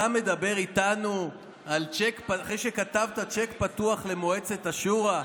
אתה מדבר איתנו אחרי שכתבת צ'ק פתוח למועצת השורא,